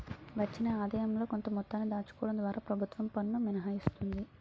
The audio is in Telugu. వచ్చిన ఆదాయంలో కొంత మొత్తాన్ని దాచుకోవడం ద్వారా ప్రభుత్వం పన్ను మినహాయిస్తుంది